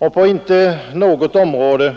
Inte på något område